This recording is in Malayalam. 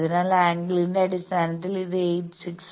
അതിനാൽ ആംഗിളിന്റെ അടിസ്ഥാനത്തിൽ ഇത് 86